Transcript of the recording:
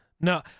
no